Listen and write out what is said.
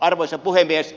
arvoisa puhemies